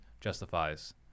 justifies